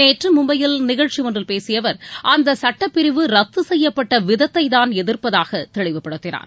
நேற்று மும்பையில் நிகழ்ச்சியொன்றில் பேசிய அவர் அந்த சட்டப்பிரிவு ரத்து செய்யப்பட்ட விதத்தைதான் எதிர்ப்பதாக தெளிவுபடுத்தினார்